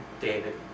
David